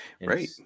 Right